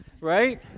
right